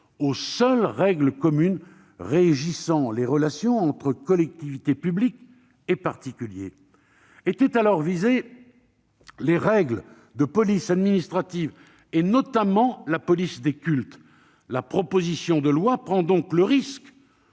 aux seules règles communes régissant les relations entre collectivités publiques et particuliers. Étaient alors visées les règles de police administrative, notamment la police des cultes. Les auteurs de la proposition de loi prennent donc le risque